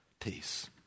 Peace